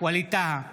ווליד טאהא,